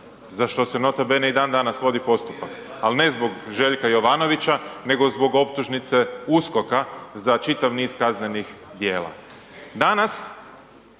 za što se nota bene i dan danas vodi postupak ali ne zbog Željka Jovanovića nego zbog optužnice USKOK-a za čitav niz kaznenih djela.